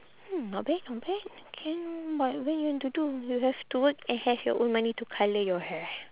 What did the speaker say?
hmm not bad not bad can but when you want to do you have to work and have your own money to colour your hair